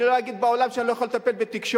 אני לא אגיד בעולם שאני לא יכול לטפל בתקשורת,